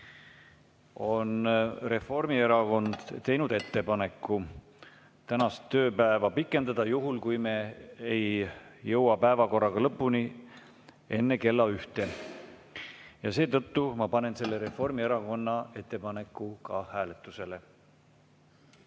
Reformierakond on teinud ettepaneku tänast tööpäeva pikendada, juhul kui me ei jõua päevakorraga lõpuni enne kella ühte. Seetõttu panen ma selle Reformierakonna ettepaneku hääletusele.